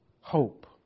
Hope